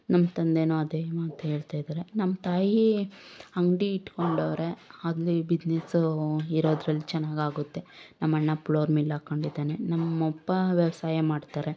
ನಮ್ಮ ತಂದೆನು ಅದೇ ಮಾತು ಹೇಳ್ತಾ ಇದ್ದಾರೆ ನಮ್ಮ ತಾಯಿ ಅಂಗಡಿ ಇಟ್ಕೊಂಡೋರೆ ಅಲ್ಲಿ ಬಿಜ್ನೆಸ್ ಇರೋದ್ರಲ್ಲಿ ಚೆನ್ನಾಗಿ ಆಗುತ್ತೆ ನಮ್ಮ ಅಣ್ಣ ಪ್ಲೋರ್ ಮಿಲ್ ಹಾಕ್ಕೊಂಡಿದ್ದಾನೆ ನಮ್ಮ ಅಪ್ಪ ವ್ಯವಸಾಯ ಮಾಡ್ತಾರೆ